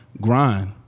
Grind